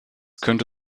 könnte